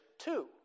two